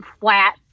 flat